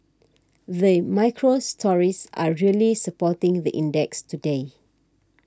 the micro stories are really supporting the index today